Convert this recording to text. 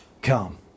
come